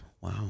Wow